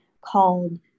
called